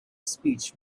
speech